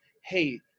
hey